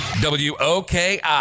W-O-K-I